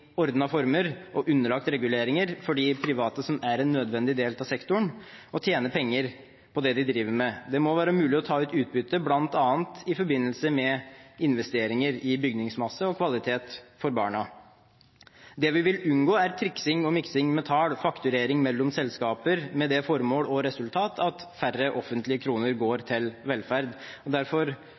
former, og underlagt reguleringer, for de private som er en nødvendig del av sektoren, å tjene penger på det de driver med. Det må være mulig å ta ut utbytte bl.a. i forbindelse med investeringer i bygningsmasse og kvalitet for barna. Det vi vil unngå, er triksing og miksing med tall og fakturering mellom selskaper med det formål og resultat at færre offentlige kroner går til velferd. Derfor